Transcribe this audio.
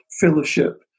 fellowship